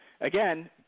Again